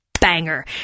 banger